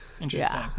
Interesting